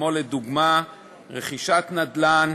לדוגמה רכישת נדל"ן,